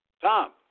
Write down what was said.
Tom